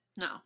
No